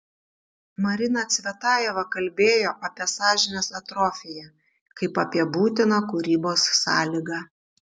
marina cvetajeva kalbėjo apie sąžinės atrofiją kaip apie būtiną kūrybos sąlygą